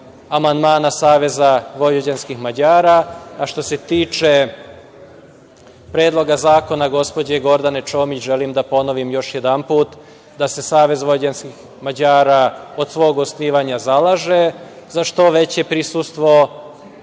amandmana Saveza vojvođanskih Mađara. Što se tiče Predloga zakona, gospođe Gordane Čomić, želim da ponovim još jedanput da se Savez vojvođanskih Mađara od osnivanja zalaže za što veće prisustvo